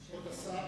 כבוד השר,